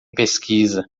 pesquisa